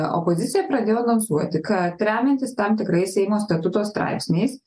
opozicija pradėjo anonsuoti kad remiantis tam tikrais seimo statuto straipsniais